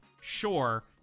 sure